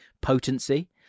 potency